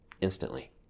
instantly